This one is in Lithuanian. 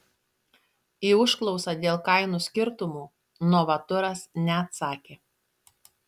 į užklausą dėl kainų skirtumų novaturas neatsakė